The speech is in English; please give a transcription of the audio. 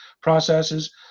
processes